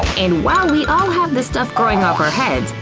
and while we all have the stuff growing off our heads,